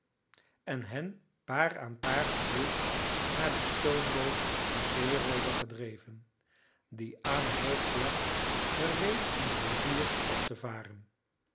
en hen paar aan paar geboeid naar de stoomboot de zeeroover gedreven die aan het hoofd lag gereed om de rivier op te varen